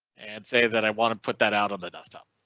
and say that i want to put that out on the desktop.